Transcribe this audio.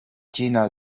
jena